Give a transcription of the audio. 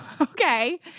okay